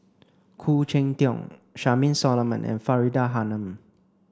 Khoo Cheng Tiong Charmaine Solomon and Faridah Hanum